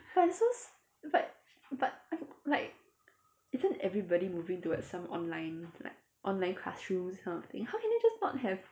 but it's s~ but but b~ like isn't everybody moving towards some online like online classrooms kind of thing how can they just not have